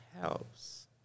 helps